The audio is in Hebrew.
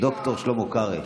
ד"ר שלמה קרעי,